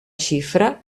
xifra